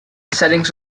settings